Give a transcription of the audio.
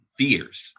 fears